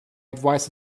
advice